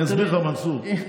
אני אסביר לך, מנסור.